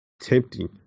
tempting